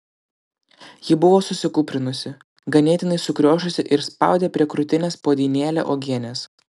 ji buvo susikūprinusi ganėtinai sukriošusi ir spaudė prie krūtinės puodynėlę uogienės